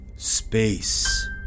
Space